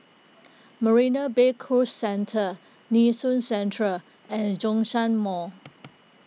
Marina Bay Cruise Centre Nee Soon Central and Zhongshan Mall